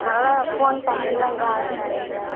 நல்லா ஃபோன் தண்ணிலெலாம் எதுவும் ஆயிருக்காதுங்கள்லை